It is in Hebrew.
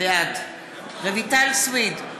בעד רויטל סויד,